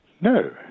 No